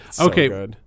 Okay